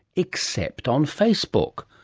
except on facebook.